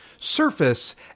surface